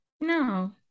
No